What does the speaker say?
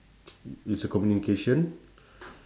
is a communication